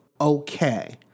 okay